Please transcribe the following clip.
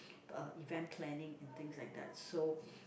uh event planning and things like that so